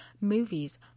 Movies